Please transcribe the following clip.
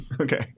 Okay